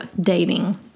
dating